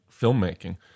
filmmaking